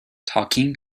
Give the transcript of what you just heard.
talking